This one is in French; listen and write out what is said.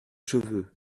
cheveux